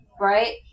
right